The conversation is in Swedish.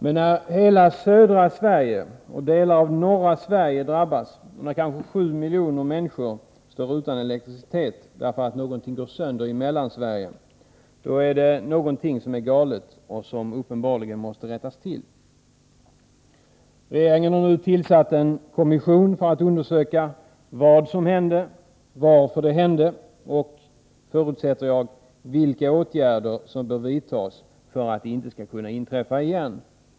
Men när hela södra Sverige och delar av norra Sverige drabbas, och när kanske 7 miljoner människor står utan elektricitet därför att någonting går sönder i Mellansverige, då är det någonting som är galet och som uppenbarligen måste rättas till. Regeringen har nu tillsatt en kommission för att undersöka vad som hände, varför det hände och, förutsätter jag, vilka åtgärder som bör vidtas för att det inte skall kunna inträffa igen.